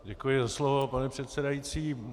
Děkuji za slovo, pane předsedající.